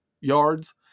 yards